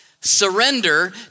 surrender